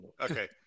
Okay